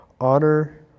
honor